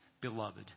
beloved